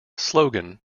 slogan